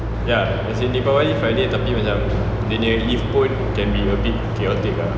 ya as in deepavali friday tapi macam dia punya leave pun can be a bit chaotic ah